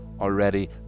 already